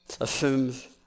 Assumes